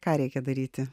ką reikia daryti